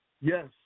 Yes